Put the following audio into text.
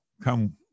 come